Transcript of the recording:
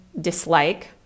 dislike